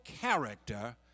character